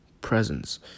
presence